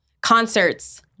concerts